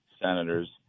senators